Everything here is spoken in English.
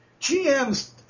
gm's